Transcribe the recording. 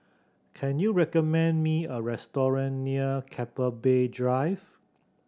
can you recommend me a restaurant near Keppel Bay Drive